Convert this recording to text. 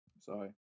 Sorry